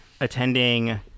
attending